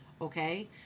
Okay